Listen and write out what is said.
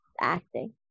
acting